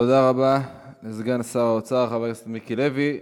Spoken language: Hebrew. תודה רבה לסגן שר האוצר חבר הכנסת מיקי לוי.